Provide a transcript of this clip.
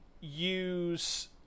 use